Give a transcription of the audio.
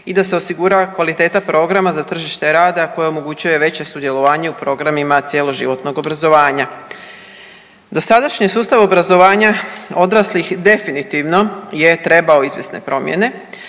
i da se osigura kvaliteta programa za tržište rada koje omogućuje veće sudjelovanje u programima cjeloživotnog obrazovanja. Dosadašnji sustav obrazovanja odraslih definitivno je trebao izvjesne promjene